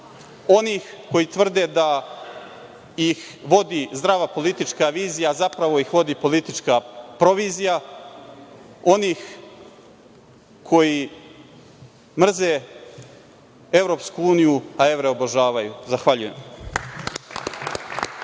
onih koji tvrde da ih vodi zdrava politička vizija, a zapravo ih vodi politička provizija, onih koji mrze EU, a evre obožavaju. Zahvaljujem.